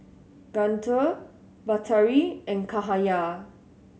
Guntur Batari and Cahaya